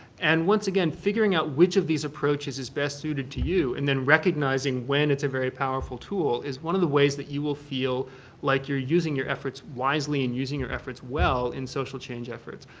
and once again, figuring out which of these approaches is best suited to you and then recognizing when it's a very powerful tool is one of the ways that you will feel like you're using your efforts wisely and using your efforts well in social change efforts.